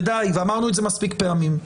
ודי, אמרנו את זה מספיק פעמים.